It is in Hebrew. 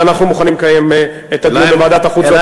אנחנו מוכנים לקיים את הדיון בוועדת החוץ והביטחון.